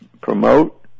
promote